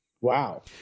Wow